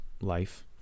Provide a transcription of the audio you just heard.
life